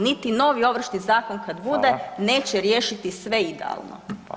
Niti novi Ovršni zakon kad bude neće riješiti sve idealno.